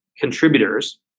contributors